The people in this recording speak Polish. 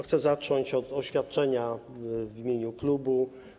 Chcę zacząć od oświadczenia w imieniu klubu.